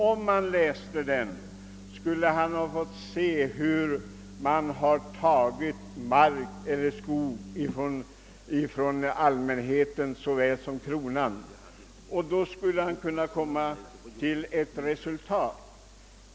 Om herr Lothigius läste denna bok, skulle han se hur man tagit mark och skog från allmänheten såväl som från kronan. Då skulle herr Lothigius kunna komma fram till ett resultat.